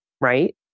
right